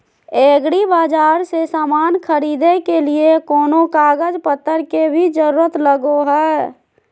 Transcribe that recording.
एग्रीबाजार से समान खरीदे के लिए कोनो कागज पतर के भी जरूरत लगो है?